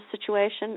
situation